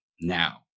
now